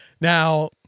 Now